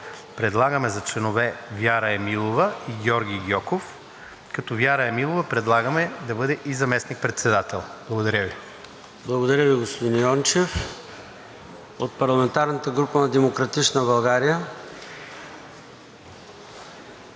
предлагаме за членове Вяра Емилова и Георги Гьоков, като Вяра Емилова предлагаме да бъде и заместник-председател. Благодаря Ви. ПРЕДСЕДАТЕЛ ЙОРДАН ЦОНЕВ: Благодаря Ви, господин Йончев. От парламентарната група на „Демократична България“?